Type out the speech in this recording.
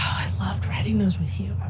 i loved riding those with you,